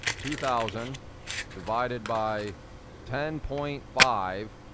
two thousand divided by ten point five,